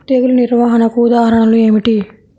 తెగులు నిర్వహణకు ఉదాహరణలు ఏమిటి?